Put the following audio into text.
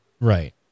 Right